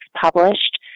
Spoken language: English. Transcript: published